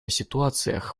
ситуациях